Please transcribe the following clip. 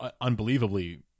unbelievably